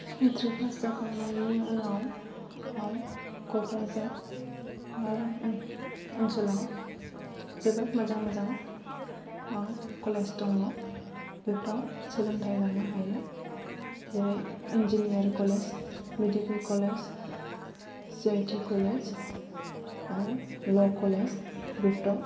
matric pass जाखांनायनि उनाव क'क्राझार ओनसोलाव जोबोर मोजां मोजां कलेज दङ बेफोराव सोलोंथाय लानो हायो जेरै engineer college medical college C I T college आरो ल' कलेज बेफोराव